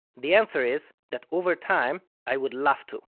the answer is that over time, i would love to,